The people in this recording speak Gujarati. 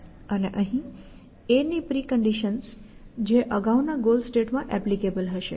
અને અહીં a ની પ્રિકન્ડિશન્સ જે અગાઉના ગોલ સ્ટેટમાં એપ્લિકેબલ હશે